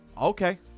Okay